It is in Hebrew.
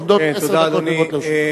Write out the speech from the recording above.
עומדות עשר דקות תמימות לרשותך.